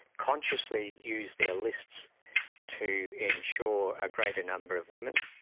consciously use their lists to ensure a greater number of women,